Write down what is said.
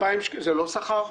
זה לא שכר.